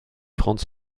frantz